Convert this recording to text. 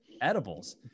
edibles